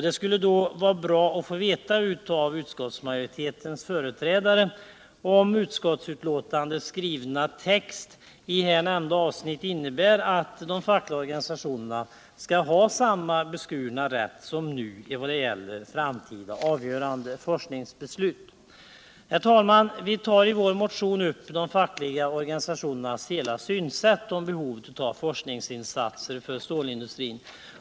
Det skulle därför vara bra om jag av utskottsmajoritetens företrädare kunde få veta, om texten i utskottsbetänkandets här nämnda avsnitt innebär att de fackliga organisationerna skall ha samma beskurna rätt som nu även när det gäller framtida avgörande forskningsbeslut. Herr talman! Vi tar i vår motion upp de fackliga organisationernas hela synsätt på behovet av forskningsinsatser för stålindustrin.